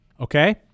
okay